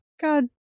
God